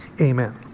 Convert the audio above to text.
Amen